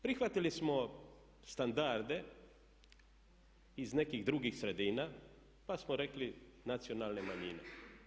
Prihvatili smo standarde iz nekih drugih sredina pa smo rekli nacionalne manjine.